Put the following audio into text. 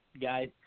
guys